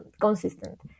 consistent